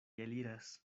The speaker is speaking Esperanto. eliras